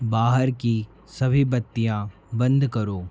बाहर की सभी बत्तियाँ बंद करो